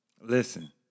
Listen